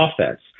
offense